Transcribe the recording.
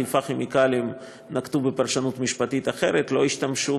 אך חיפה כימיקלים נקטו פרשנות משפטית אחרת ולא השתמשו